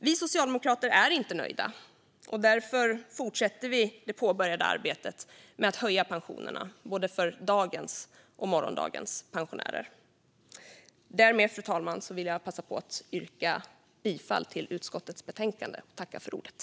Vi socialdemokrater är inte nöjda. Därför fortsätter vi det påbörjade arbetet med att höja pensionerna både för dagens och för morgondagens pensionärer. Därmed vill jag passa på att yrka bifall till utskottets förslag.